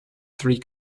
three